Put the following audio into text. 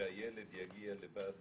שהילד יגיע לבד